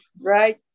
Right